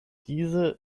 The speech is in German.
diese